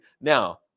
Now